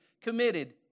committed